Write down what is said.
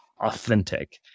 authentic